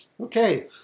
Okay